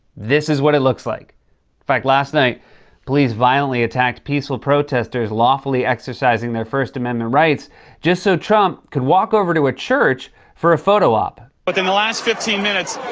this is what it looks like. in fact, last night police violently attacked peaceful protesters lawfully exercising their first amendment rights just so trump could walk over to a church for a photo op. within the last fifteen minutes,